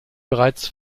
bereits